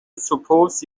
suppose